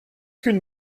qu’une